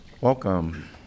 welcome